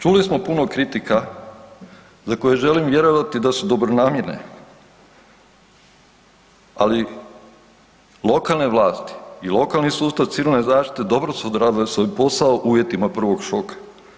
Čuli smo puno kritika za koje želim vjerovati da su dobronamjerne, ali lokalne vlasti i lokalni sustav Civilne zaštite dobro su odradili svoj posao u uvjetima prvog šoka.